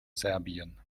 serbien